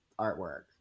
artwork